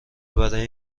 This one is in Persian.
برای